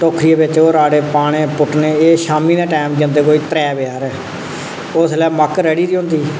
टोक्खरी बिच ओह् राह्ड़े पाने पुट्टने ओह् शामीं दे टाइम जंदे कोई त्रै बजे कन्नै सारे उस बेल्लै मक्क रढ़ी दी होंदी